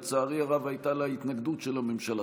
לצערי הרב הייתה לה התנגדות של הממשלה.